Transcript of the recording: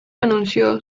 anunció